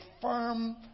firm